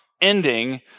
ending